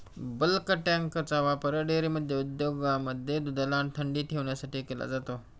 bulk टँकचा वापर dairy उद्योगांमध्ये दुधाला थंडी ठेवण्यासाठी केला जातो